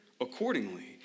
accordingly